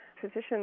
physicians